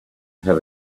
have